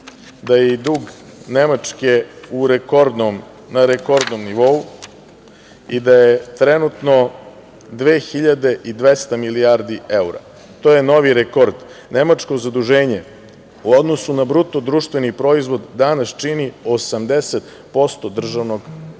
da je i dug Nemačke na rekordnom nivou i da je trenutno 2.200 milijardi evra. To je novi rekord. Nemačko zaduženje u odnosu na BDP danas čini 80% državnog računa.